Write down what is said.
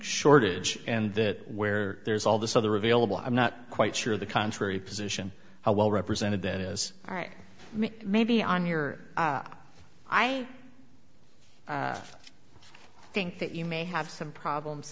shortage and that where there's all this other available i'm not quite sure of the contrary position how well represented that is right maybe on your i think that you may have some problems